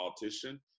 politician